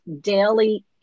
Daily